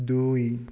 ଦୁଇ